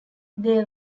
they